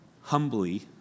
Humbly